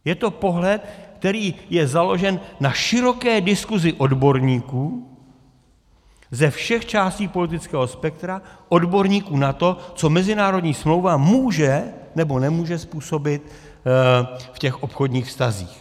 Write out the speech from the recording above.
Je to pohled, který je založen na široké diskusi odborníků ze všech částí politického spektra, odborníků na to, co mezinárodní smlouva může nebo nemůže způsobit v obchodních vztazích.